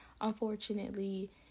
Unfortunately